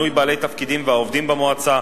מינוי בעלי תפקידים והעובדים במועצה,